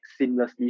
seamlessly